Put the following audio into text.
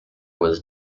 was